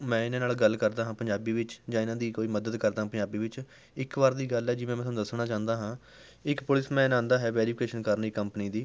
ਮੈਂ ਇਹਨਾਂ ਨਾਲ ਗੱਲ ਕਰਦਾ ਹਾਂ ਪੰਜਾਬੀ ਵਿੱਚ ਜਾਂ ਇਹਨਾਂ ਦੀ ਕੋਈ ਮਦਦ ਕਰਦਾ ਪੰਜਾਬੀ ਵਿੱਚ ਇੱਕ ਵਾਰ ਦੀ ਗੱਲ ਹੈ ਜਿਵੇਂ ਮੈਂ ਤੁਹਾਨੂੰ ਦੱਸਣਾ ਚਾਹੁੰਦਾ ਹਾਂ ਇੱਕ ਪੁਲਿਸਮੈਨ ਆਉਂਦਾ ਹੈ ਵੈਰੀਫਿਕੇਸ਼ਨ ਕਰਨ ਇੱਕ ਕੰਪਨੀ ਦੀ